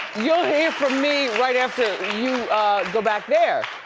you'll hear from me right after you go back there.